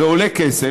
זה עולה כסף,